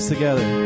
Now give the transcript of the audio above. Together